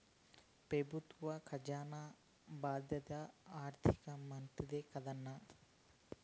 పెబుత్వ కజానా బాధ్యత ఆర్థిక మంత్రిదే కదన్నా